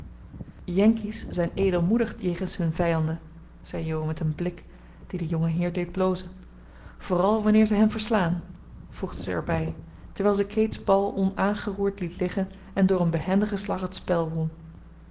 yankees zijn edelmoedig jegens hun vijanden zei jo met een blik die den jongenheer deed blozen vooral wanneer ze hen verslaan voegde ze er bij terwijl ze kate's bal onaangeroerd liet liggen en door een behendigen slag het spel